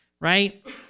right